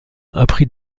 appris